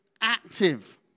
active